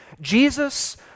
Jesus